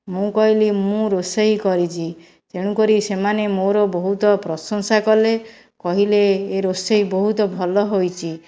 ମୁଁ କହିଲି ମୁଁ ରୋଷେଇ କରିଛି ତେଣୁକରି ସେମାନେ ମୋର ବହୁତ ପ୍ରସଂଶା କଲେ କହିଲେ ଏ ରୋଷେଇ ବହୁତ ଭଲ ହୋଇଛି